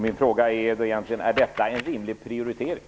Min fråga är: Är detta en rimlig prioritering?